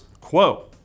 quo